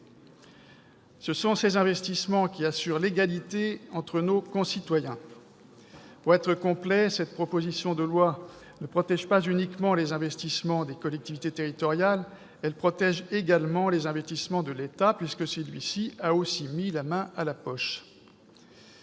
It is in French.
Ce sont ces investissements qui assurent l'égalité entre nos concitoyens. Pour être complet, j'ajoute que cette proposition de loi ne protège pas uniquement les investissements des collectivités territoriales, elle protège également les investissements de l'État, puisque celui-ci a aussi mis la main à la poche.